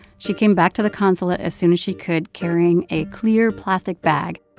she came back to the consulate as soon as she could, carrying a clear, plastic bag.